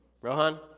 Rohan